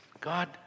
God